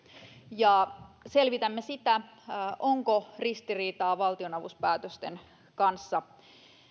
ja selvitämme sitä onko ristiriitaa valtionavustuspäätösten kanssa